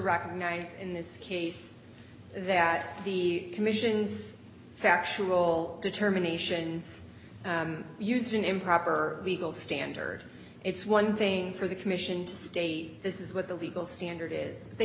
recognize in this case that the commission's factual determination used an improper legal standard it's one thing for the commission to state this is what the legal standard is they